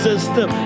System